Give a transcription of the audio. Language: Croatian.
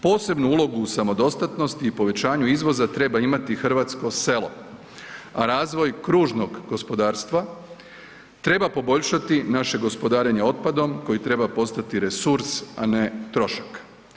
Posebnu ulogu u samodostatnosti i povećanju izvoza treba imati hrvatsko selo, a razvoj kružnog gospodarstva treba poboljšati naše gospodarenje otpadom koji treba postati resurs, a ne trošak.